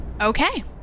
Okay